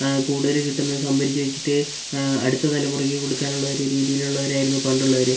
ആ കൂടുതല് കിട്ടുന്ന സംഭരിച്ച് വെച്ചിട്ട് അടുത്ത തലമുറയ്ക്ക് കൊടുക്കാനുള്ളൊരു രീതിയിലുള്ളവരായിരുന്നു പണ്ടുള്ളവര്